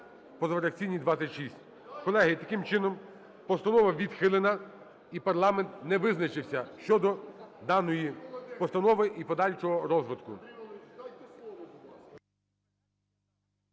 позафракційні - 26. Колеги, і таким чином постанова відхилена і парламент не визначився щодо даної постанови і подальшого розвитку.